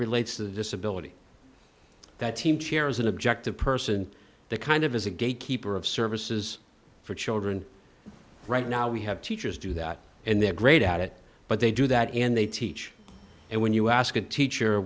relates to the disability that team chair is an objective person that kind of is a gate keeper of services for children right now we have teachers do that and they're great at it but they do that and they teach and when you ask a teacher